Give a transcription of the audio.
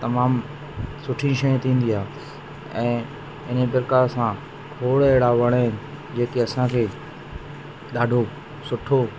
तमामु सुठी शइ थींदी आहे ऐं इन प्रकार सां खोड़ अहिड़ा वण आहिनि जेके असांखे ॾाढो सुठो